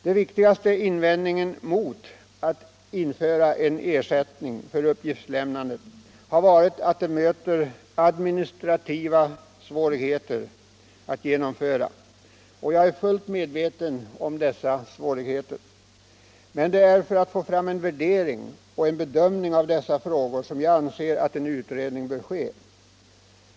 Den viktigaste invändningen mot att införa en ersättning för uppgiftslämnandet har varit att det möter administrativa svårigheter att genomföra. Jag är fullt medveten om dessa svårigheter. Men det är för att få fram en värdering och bedömning av dessa frågor som jag anser att en utredning borde ske.